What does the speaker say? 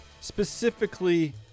Specifically